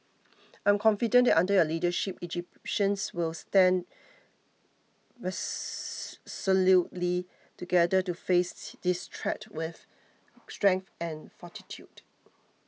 I'm confident that under your leadership Egyptians